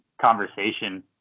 conversation